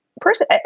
person